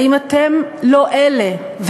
האם אתם לא אלה,